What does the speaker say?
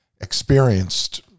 experienced